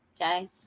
Okay